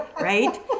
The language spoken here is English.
right